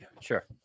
Sure